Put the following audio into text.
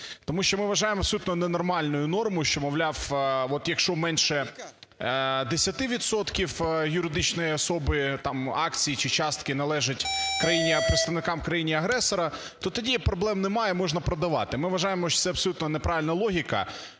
Тому що ми вважаємо абсолютно ненормальною нормою, що, мовляв, от якщо менше 10 відсотків юридичної особи, там, акції чи частки належать країні, а представникам країні-агресора, то тоді проблем немає, можна продавати. Ми вважаємо, що це абсолютно неправильна логіка.